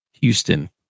Houston